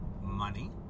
money